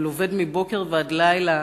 אבל עובד מבוקר ועד לילה,